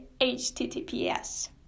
HTTPS